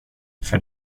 för